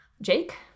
Jake